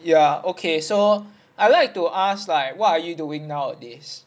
ya okay so I like to ask like what are you doing nowadays